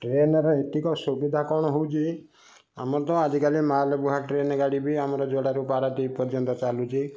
ଟ୍ରେନରେ ଏତିକ ସୁବିଧା କ'ଣ ହଉଛି ଆମର ତ ଆଜିକାଲି ମାଲବୁହା ଟ୍ରେନ ଗାଡ଼ି ବି ଆମର ଯୋଡ଼ାରୁ ପାରାଦ୍ୱୀପ ପର୍ଯ୍ୟନ୍ତ ଚାଲୁଛି